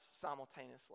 simultaneously